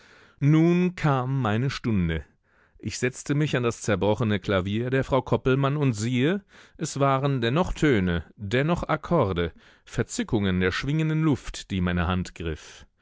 nun kam meine stunde ich setzte mich an das zerbrochene klavier der frau koppelmann und siehe es waren dennoch töne dennoch akkorde verzückungen der schwingenden luft die meine hand